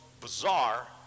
bizarre